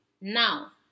Now